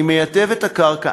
אני מטייב את הקרקע,